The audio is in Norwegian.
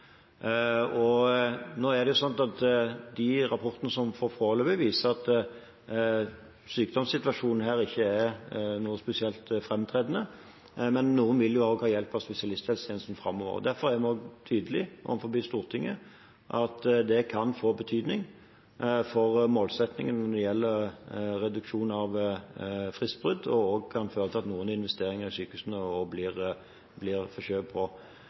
viser at sykdomssituasjonen foreløpig ikke er spesielt framtredende her, men noen vil også trenge hjelp av spesialisthelsetjenesten framover. Derfor er jeg nå tydelig overfor Stortinget på at det kan få betydning for målsettingen når det gjelder reduksjon av fristbrudd, og også kan føre til at noen investeringer i sykehusene blir forskjøvet, rett og